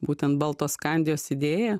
būtent baltoskandijos idėją